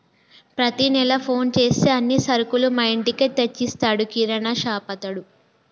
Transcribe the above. ప్రతి నెల ఫోన్ చేస్తే అన్ని సరుకులు మా ఇంటికే తెచ్చిస్తాడు కిరాణాషాపతడు